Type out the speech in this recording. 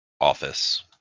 office